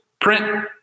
print